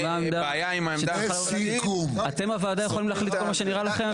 אתם, בוועדה, יכולים להחליט על כל מה שנראה לכם.